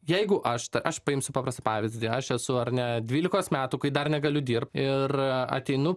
jeigu aš aš paimsiu paprastą pavyzdį aš esu ar ne dvylikos metų kai dar negaliu dirbt ir ateinu